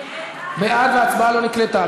בעד, וההצבעה לא נקלטה.